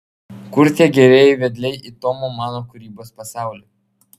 kur tie gerieji vedliai į tomo mano kūrybos pasaulį